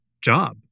job